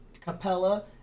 Capella